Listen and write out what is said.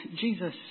Jesus